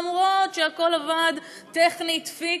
למרות שהכול עבד טכנית פיקס,